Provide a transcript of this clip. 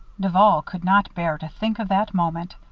duval could not bear to think of that moment.